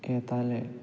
येताले